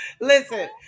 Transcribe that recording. listen